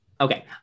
Okay